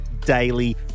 daily